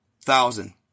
thousand